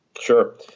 Sure